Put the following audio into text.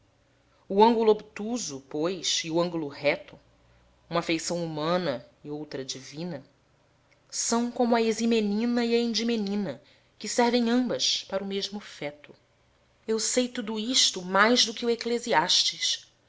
o ângulo obtuso pois e o ângulo reto uma feição humana e outra divina são como a eximenina e a endimenina que servem ambas para o mesmo feto eu sei tudo isto mais do que o eclesiastes